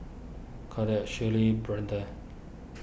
Kordell Braeden